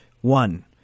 one